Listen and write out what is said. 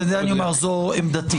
על זה אני אומר שזו עמדתי,